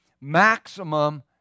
maximum